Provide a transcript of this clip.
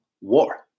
war